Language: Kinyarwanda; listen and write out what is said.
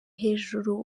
hejuru